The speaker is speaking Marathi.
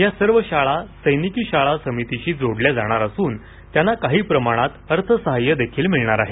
या सर्व शाळा सैनिकी शाळा समितीशी जोडल्या जाणार असून त्यांना काही प्रमाणात अर्थ सहाय्य देखील मिळणार आहे